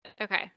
Okay